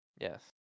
Yes